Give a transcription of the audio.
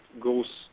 goes